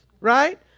right